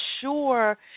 sure